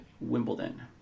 Wimbledon